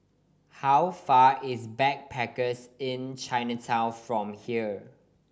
how far is Backpackers Inn Chinatown from here